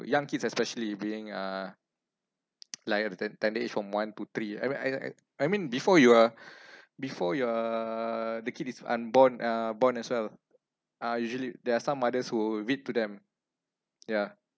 young kids especially being uh like at the ten ten age from one to three I I I I mean before you are before you are the kid is unborn uh born as well uh usually there are some others who read to them yeah